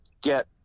get